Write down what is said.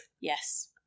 Yes